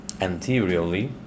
anteriorly